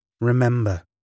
Remember